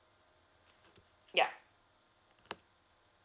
ya